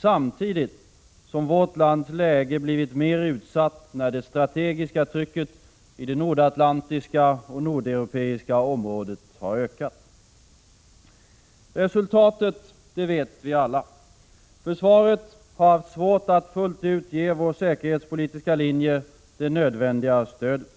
samtidigt som vårt lands läge blivit mer utsatt när det strategiska trycket i det nordatlantiska och nordeuropeiska området ökat. Resultatet vet vi alla. Försvaret har haft svårt att fullt ut ge vår säkerhetspolitiska linje det nödvändiga stödet.